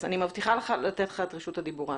מבטיחה לתת לך את רשות הדיבור אז.